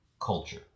culture